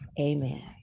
amen